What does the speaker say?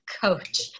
coach